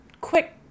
quick